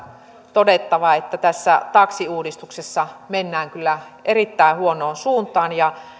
todettava että tässä taksiuudistuksessa mennään kyllä erittäin huonoon suuntaan